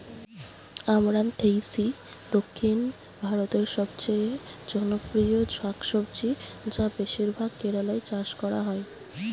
আমরান্থেইসি দক্ষিণ ভারতের সবচেয়ে জনপ্রিয় শাকসবজি যা বেশিরভাগ কেরালায় চাষ করা হয়